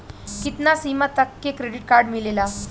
कितना सीमा तक के क्रेडिट कार्ड मिलेला?